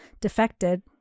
defected